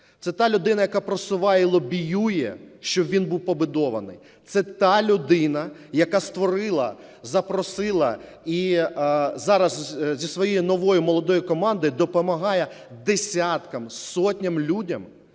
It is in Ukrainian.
Це та людина, яка просуває, лобіює, щоб він був побудований. Це та людина, яка створила, запросила і зараз зі своєю новою молодою командою допомагає десяткам, сотням людей